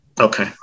Okay